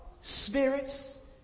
Spirits